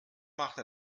machte